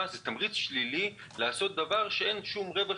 היא תמריץ שלילי לעשות דבר שאין ממנו שום רווח,